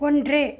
ஒன்று